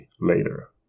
later